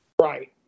Right